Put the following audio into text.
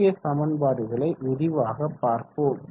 முக்கிய சமன்பாடுகளை விரிவாக பார்ப்போம்